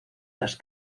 las